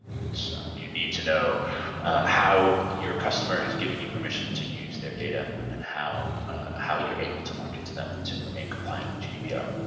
you need to know how your customer has given you permission to use their data and how how you're able to market to them to remain compliant with gdpr.